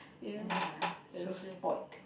ya so spoilt